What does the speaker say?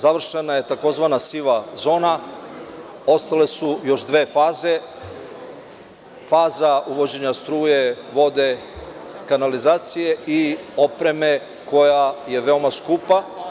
Završena je tzv. siva zona, ostale su još dve faze, faza uvođenja struje, vode, kanalizacije i opreme, koja je veoma skupa.